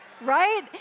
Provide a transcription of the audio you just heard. Right